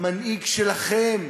המנהיג שלכם,